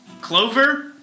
Clover